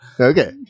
Okay